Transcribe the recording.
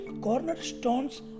cornerstones